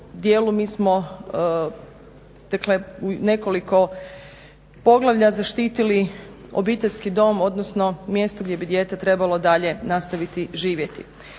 mi smo dakle u nekoliko poglavlja zaštitili obiteljski dom, odnosno mjesto gdje bi dijete trebalo dalje nastaviti živjeti.